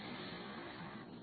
প্রধান অক্ষ 100 mm